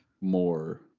more